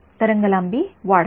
तरंग लांबी वाढते